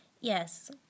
Yes